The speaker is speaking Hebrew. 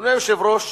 אדוני היושב-ראש,